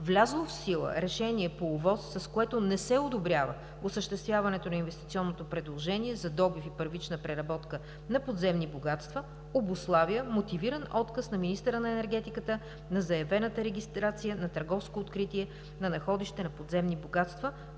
Влязло в сила решение по ОВОС, с което не се одобрява осъществяването на инвестиционното предложение за добив и първична преработка на подземни богатства, обуславя мотивиран отказ на министъра на енергетиката на заявената регистрация на търговско откритие на находище на подземни богатства,